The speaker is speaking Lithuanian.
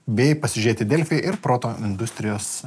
bei pasižiūrėti delfi ir proto industrijos